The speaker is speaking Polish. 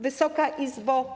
Wysoka Izbo!